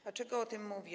Dlaczego o tym mówię?